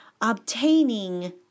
obtaining